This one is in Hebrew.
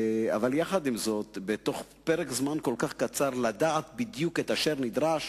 בתוך פרק זמן כל כך קצר לדעת בדיוק את אשר נדרש,